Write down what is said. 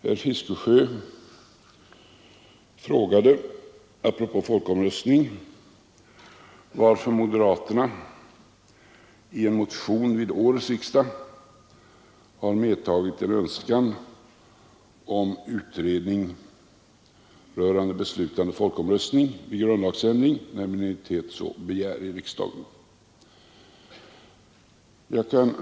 Herr Fiskesjö frågade, apropå folkomröstning, varför moderaterna i en motion till årets riksdag har medtagit en önskan om utredning rörande beslutande folkomröstning vid grundlagsändring, när en minoritet i riksdagen så begär.